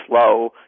slow